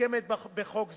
שמוקמת בחוק זה,